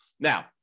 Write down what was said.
Now